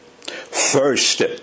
first